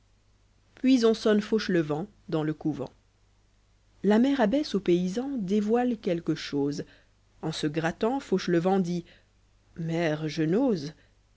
puis on sonne fauchelevent dans le couvent u mère abbesso au paysan dévoile quelque chose en se grattant fauchelevent dit mère je n'ose